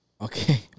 Okay